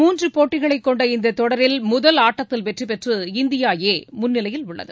மூன்று போட்டிகளை கொண்ட இந்த தொடரில் முதல் ஆட்டத்தில் வெற்றி பெற்று இந்தியா ஏ முன்னிலையில் உள்ளது